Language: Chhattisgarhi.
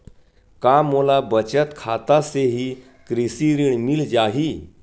का मोला बचत खाता से ही कृषि ऋण मिल जाहि?